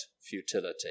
futility